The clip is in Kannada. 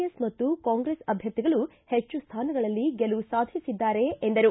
ಎಸ್ ಮತ್ತು ಕಾಂಗ್ರೆಸ್ ಅಭ್ವರ್ಥಿಗಳು ಹೆಚ್ಚು ಸ್ಟಾನಗಳಲ್ಲಿ ಗೆಲುವು ಸಾಧಿಸಿದ್ದಾರೆ ಎಂದರು